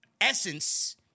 essence